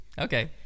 Okay